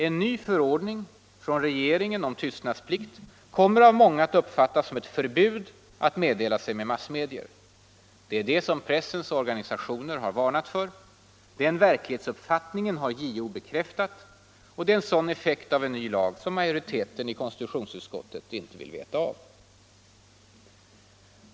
En ny förordning från regeringen om tystnadsplikt kommer av många att uppfattas som ett förbud att meddela sig med massmedier. Det är det som pressens organisationer har varnat för. Den verklighetsbeskrivningen har JO bekräftat. Det är en sådan effekt av en ny lag som majoriteten i konstitutionsutskottet inte vill veta av.